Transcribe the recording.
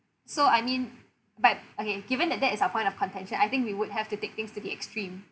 so I mean but okay given that that is our point of contention I think we would have to take things to the extreme